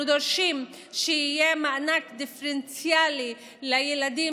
אנחנו דורשים שיהיה מענק דיפרנציאלי לילדים